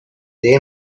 they